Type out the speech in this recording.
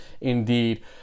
indeed